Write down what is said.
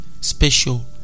special